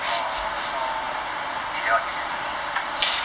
err so 几点到几点